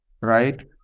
right